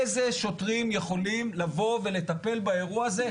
איזה שוטרים יכולים לבוא ולטפל באירוע הזה,